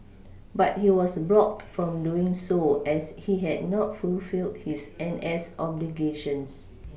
but he was blocked from doing so as he had not fulfilled his N S obligations